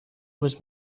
was